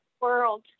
world